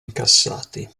incassati